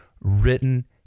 written